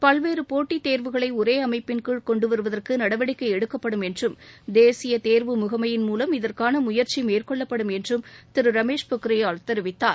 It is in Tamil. பல்வேறு போட்டித் தேர்வுகளை ஒரே அமைப்பின் கீழ் கொண்டு வருவதற்கு நடவடிக்கை எடுக்கப்படும் என்றும் தேசிய தேர்வு முகமையின் மூலம் இதற்கான முயற்சி மேற்கொள்ளப்படும் என்றும் திரு ரமேஷ் பொக்ரியால் தெரிவித்தார்